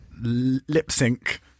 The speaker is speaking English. lip-sync